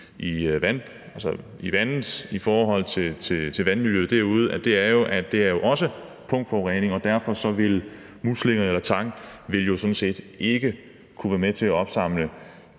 i vandet, i forhold til vandmiljøet derude, er jo, at det også er punktforurening, og derfor vil muslinger og tang ikke kunne være med til at opsamle